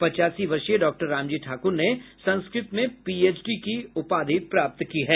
पचासी वर्षीय डॉक्टर रामजी ठाकुर ने संस्कृत में पीएचडी की उपाधि प्राप्त की है